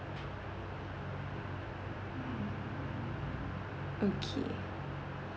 okay